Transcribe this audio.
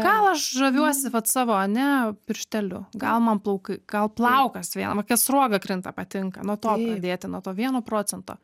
gal aš žaviuosi vat savo ane piršteliu gal man plaukai gal plaukas viena va kokia sruoga krinta patinka nuo to pradėti nuo to vieno procento